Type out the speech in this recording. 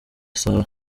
sahara